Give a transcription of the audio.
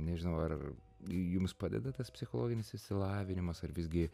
nežinau ar jums padeda tas psichologinis išsilavinimas ar visgi